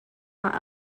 not